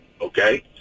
Okay